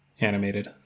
animated